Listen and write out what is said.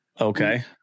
Okay